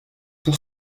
pour